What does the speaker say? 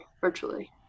virtually